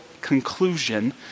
conclusion